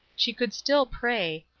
she could still pray,